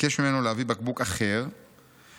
ביקש ממנו להביא בקבוק אחר והסביר